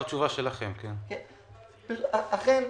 אכן,